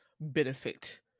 benefit